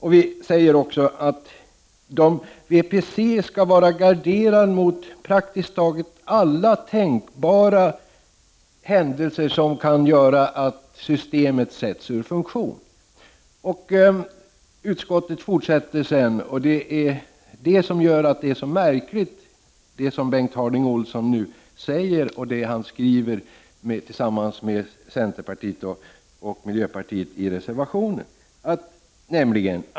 Vi säger också att Värdepapperscentralen skall vara garderad mot praktiskt taget alla tänkbara händelser som kan göra att systemet sätts ur funktion. Det som gör att det Bengt Harding Olson nu säger och det som skrivs i den reservation som folkpartiet har undertecknat tillsammans med centerpartiet och miljöpartiet är så märkligt är följande.